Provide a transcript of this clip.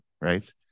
right